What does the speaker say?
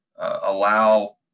allow